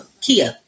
Kia